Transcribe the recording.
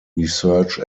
research